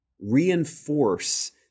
reinforce